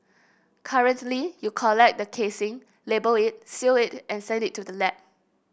currently you collect the casing label it seal it and send it to the lab